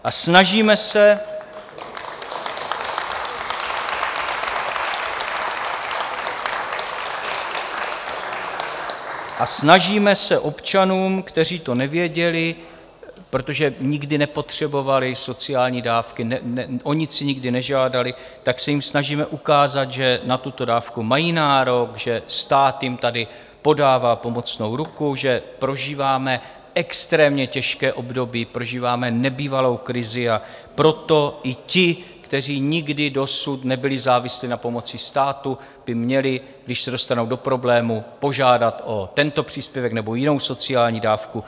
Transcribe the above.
A snažíme se občanům , kteří to nevěděli, protože nikdy nepotřebovali sociální dávky, o nic si nikdy nežádali, tak se jim snažíme ukázat, že na tuto dávku mají nárok, že stát jim tady podává pomocnou ruku, že prožíváme extrémně těžké období, prožíváme nebývalou krizi, a proto i ti, kteří nikdy dosud nebyli závislí na pomoci státu, by měli, když se dostanou do problémů, požádat o tento příspěvek nebo jinou sociální dávku.